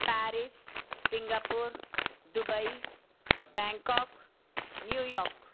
Paris Singapore Dubai Bangkok New York